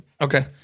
Okay